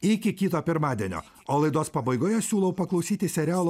iki kito pirmadienio o laidos pabaigoje siūlau paklausyti serialo